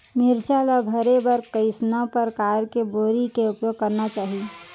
मिरचा ला भरे बर कइसना परकार के बोरी के उपयोग करना चाही?